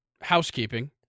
housekeeping